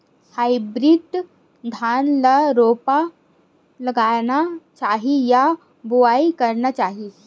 Hybrid धान ल रोपा लगाना चाही या बोआई करना चाही?